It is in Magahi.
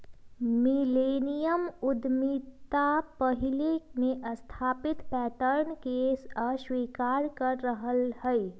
मिलेनियम उद्यमिता पहिले से स्थापित पैटर्न के अस्वीकार कर रहल हइ